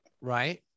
Right